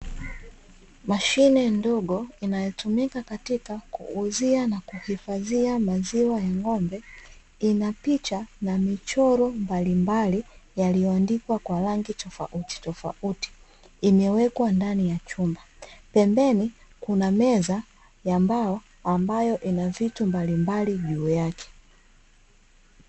Mashine ndogo, inayotumika katika kuuzia na kuhifadhia maziwa ya ng`ombe. Ina picha na michoro mbalimbali iliyoandikwa kwa rangi tofautitofauti, imewekwa ndani ya chumba. Pembeni kuna meza ya mbao ambayo ina vitu mbalimbali juu yake.